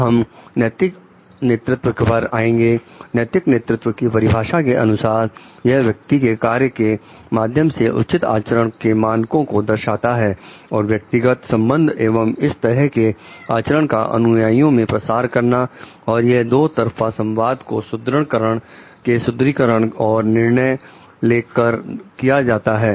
अब हम नैतिक नेतृत्व पर आएंगे नैतिक नेतृत्व की परिभाषा के अनुसार यह व्यक्ति के कार्यों के माध्यम से उचित आचरण के मानकों को दर्शाता है और व्यक्तिगत संबंध एवं इस तरह के आचरण का अनुयायियों में प्रसार करना और यह दो तरफा संवाद को सुदृढ़ीकरण और निर्णय लेकर किया जाता है